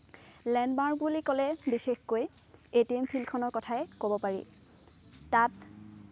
landmark বুলি ক'লে বিশেষকৈ এ টি এম ফিল্ডখনৰ কথাই ক'ব পাৰি তাত